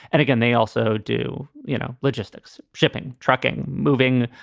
and again, they also do, you know, logistics, shipping, trucking, moving,